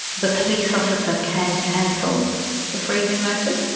the police officer can cancel the freezing notice.